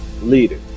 leader